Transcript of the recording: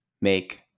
make